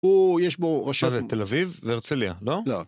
הוא, יש בו ראשי... מה זה, תל אביב והרצליה, לא? לא.